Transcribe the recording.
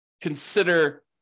consider